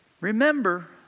Remember